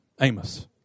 Amos